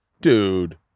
dude